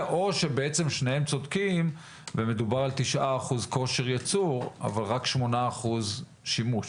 או שניהם צודקים ומדובר על 9% כושר ייצוא אבל רק 8% שימוש?